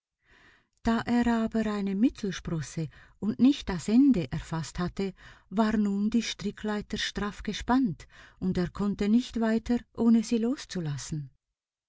da er aber eine mittelsprosse und nicht das ende erfaßt hatte war nun die strickleiter straff gespannt und er konnte nicht weiter ohne sie loszulassen